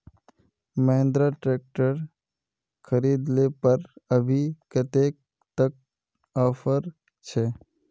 Mahindra tractor खरीद ले पर अभी कतेक तक ऑफर छे?